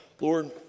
Lord